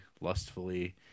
lustfully